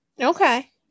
okay